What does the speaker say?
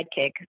sidekick